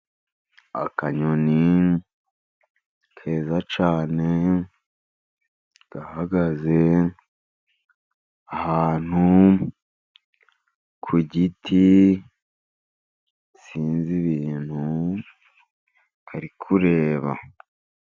Akanyoni keza cyane gahagaze ahantu ku giti, sinzi ibintu kari kureba.